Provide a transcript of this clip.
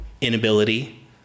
inability